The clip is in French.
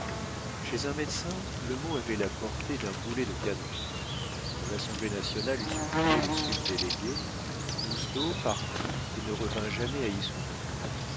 chez un médecin le mot avait la portée d'un boulet de canon quand l'assemblée nationale eut supprimé les subdélégués lousteau partit et ne revint jamais à